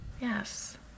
Yes